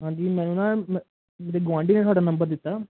ਹਾਂਜੀ ਮੈਨੂੰ ਨਾ ਮ ਮੇਰੇ ਗੁਆਂਢੀ ਨੇ ਤੁਹਾਡਾ ਨੰਬਰ ਦਿੱਤਾ